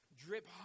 drip